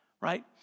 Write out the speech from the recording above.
right